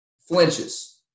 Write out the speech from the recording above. flinches